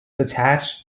attached